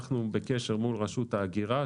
אנחנו בקשר מול רשות ההגירה,